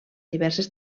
diverses